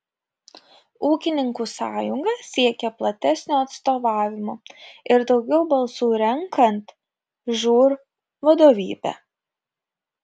ūkininkų sąjunga siekia platesnio atstovavimo ir daugiau balsų renkant žūr vadovybę